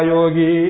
Yogi